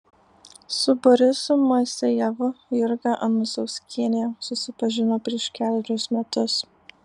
su borisu moisejevu jurga anusauskienė susipažino prieš kelerius metus